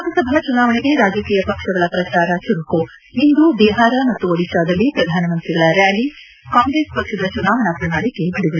ಲೋಕಸಭಾ ಚುನಾವಣೆಗೆ ರಾಜಕೀಯ ಪಕ್ಷಗಳ ಪ್ರಚಾರ ಚುರುಕು ಇಂದು ಬಿಹಾರ ಮತ್ತು ಒಡಿಶಾದಲ್ಲಿ ಪ್ರಧಾನಮಂತ್ರಿಗಳ ರ್ಾಲಿ ಕಾಂಗ್ರೆಸ್ ಪಕ್ಷದ ಚುನಾವಣಾ ಪ್ರಣಾಳಿಕೆ ಬಿಡುಗಡೆ